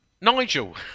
Nigel